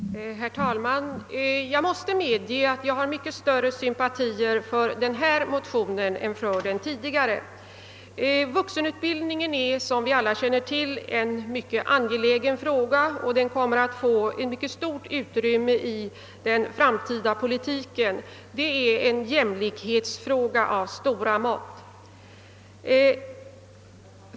Herr talman! Jag måste medge att jag har mycket större sympatier för denna motion än för den som vi behandlade nyss. Vuxenutbildningen är en mycket angelägen fråga, och den kommer att få ett mycket stort utrymme i den framtida politiken. Det är en jämlikhetsfråga av stora mått.